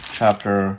chapter